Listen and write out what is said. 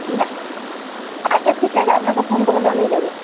হ্যাঁ আচ্ছা ঠিক আছে আপনাকে ফোন করে জানিয়ে দেব